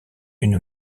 une